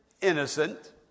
innocent